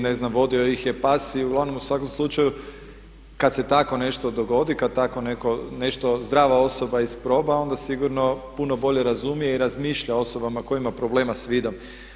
Ne znam, vodio ih je pas i uglavnom u svakom slučaju kad se tako nešto dogodi, kad tako netko nešto zdrava osoba isproba, onda sigurno puno bolje razumije i razmišlja o osobama koji ima problema sa vidom.